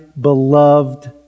beloved